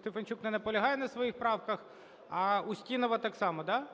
Стефанчук не наполягає на своїх правках. А Устінова так само, да?